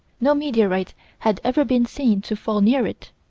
no meteorite had ever been seen to fall near it.